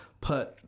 put